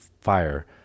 fire